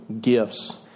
gifts